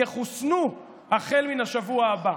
יחוסנו החל מן השבוע הבא.